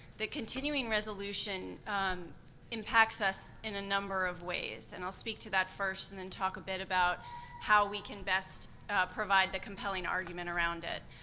the continuing resolution impacts us in a number of ways. and i'll speak to that first and then talk a bit about how we can best provide the compelling argument around it.